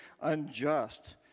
unjust